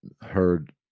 heard